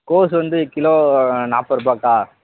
கோஸ் வந்து கிலோ நாற்பது ரூபாக்கா